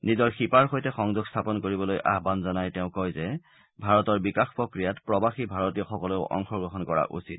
নিজৰ শিপাৰ সৈতে সংযোগ স্থাপন কৰিবলৈ আহান জনায় তেওঁ কয় যে ভাৰতৰ বিকাশ প্ৰক্ৰিয়াত প্ৰবাসী ভাৰতীয়সকলেও অংশগ্ৰহণ কৰা উচিত